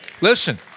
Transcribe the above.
Listen